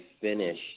finish